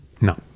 No